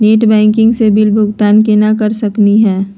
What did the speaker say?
Net banking स bill भुगतान केना कर सकली हे?